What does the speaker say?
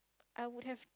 I would have